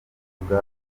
kuvuga